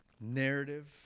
Narrative